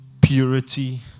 purity